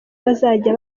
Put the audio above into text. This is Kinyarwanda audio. bazajya